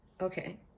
Okay